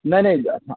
नहीं नहीं हँ